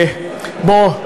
בוא,